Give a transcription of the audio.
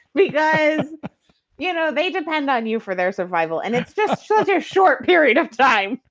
because you know they depend on you for their survival, and it's just such a short period of time